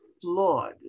flawed